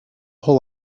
whole